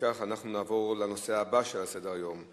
נעבור להצעה לסדר-היום בנושא: